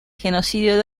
genocidio